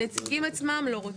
הנציגים עצמם לא רוצים.